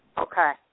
Okay